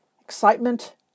Excitement